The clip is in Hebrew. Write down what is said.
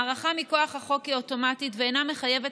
ההארכה מכוח החוק היא אוטומטית ואינה מחייבת